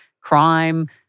crime